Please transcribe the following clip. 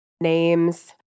names